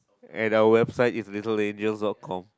and our website is little angels dot com